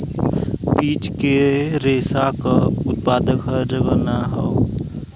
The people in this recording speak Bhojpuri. बीज के रेशा क उत्पादन हर जगह ना हौ